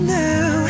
now